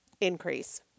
increase